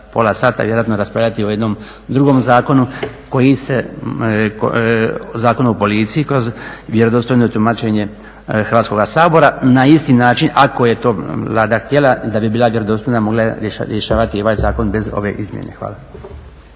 pola sata vjerojatno raspravljati o jednom drugom zakonu koji se, o Zakonu o policiji kroz vjerodostojno tumačenje Hrvatskoga sabora na isti način, ako je to Vlada htjela da bi bila vjerodostojna mogla je rješavati i ovaj zakon bez ove izmjene. Hvala.